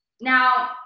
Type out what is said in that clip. Now